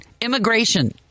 Immigration